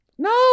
No